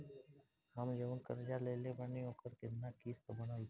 हम जऊन कर्जा लेले बानी ओकर केतना किश्त बनल बा?